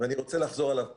ואני רוצה לחזור עליו פה.